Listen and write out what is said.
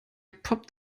poppt